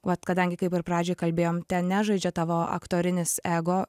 vat kadangi kaip ir pradžioj kalbėjom ten nežaidžia tavo aktorinis ego